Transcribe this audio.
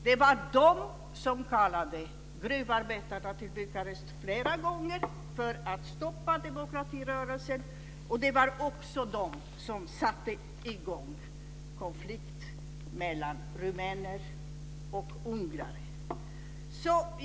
Det var de som kallade gruvarbetarna till Bukarest flera gånger för att stoppa demokratirörelsen, och det var också de som satte i gång konflikt mellan rumäner och ungrare.